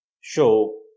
show